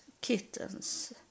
kittens